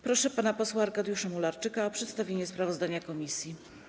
Proszę pana posła Arkadiusza Mularczyka o przedstawienie sprawozdania komisji.